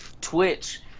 Twitch